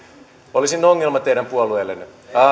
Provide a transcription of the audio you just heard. olisin ongelma teidän puolueellenne